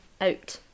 out